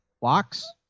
Walks